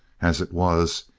as it was,